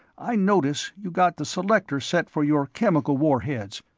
i notice you got the selector set for your chemical warheads.